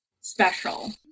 special